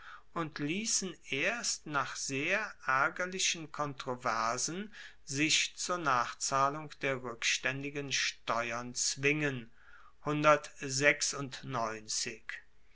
und liessen erst nach sehr aergerlichen kontroversen sich zur nachzahlung der rueckstaendigen steuern zwingen